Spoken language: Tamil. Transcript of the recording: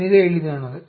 மிக எளிதானது